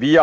Vi